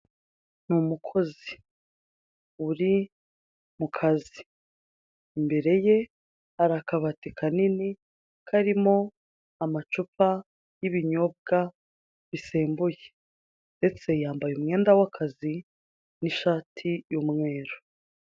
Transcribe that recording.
Ni umukozi uri mu kazi, imbere ye hari akabati kanini karimo amacupa y'ibinyobwa bisembuye. Ndetse yambaye umwenda w'akazi n'ishati y'umweru.